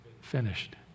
finished